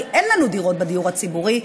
כי אין לנו דירות בדיור הציבורי,